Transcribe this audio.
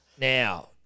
Now